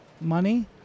money